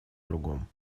другом